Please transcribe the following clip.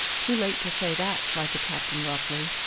too late to say that, cried the captain roughly.